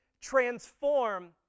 transform